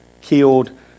killed